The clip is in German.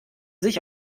sich